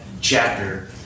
chapter